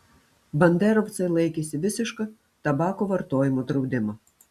banderovcai laikėsi visiško tabako vartojimo draudimo